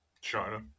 China